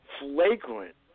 flagrant